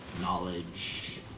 knowledge